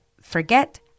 forget